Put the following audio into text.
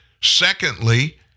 Secondly